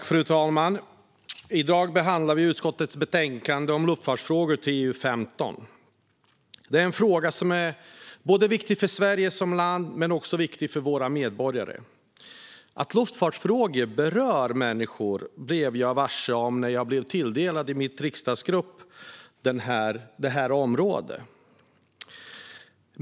Fru talman! I dag behandlar vi betänkande TU15 om luftfartsfrågor. Det är frågor som är viktiga för Sverige som land men även för våra medborgare. Att luftfartsfrågor berör människor blev jag varse när jag blev tilldelad detta område i min riksdagsgrupp.